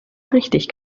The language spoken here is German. richtig